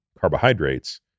carbohydrates